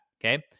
Okay